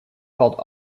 called